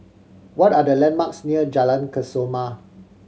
what are the landmarks near Jalan Kesoma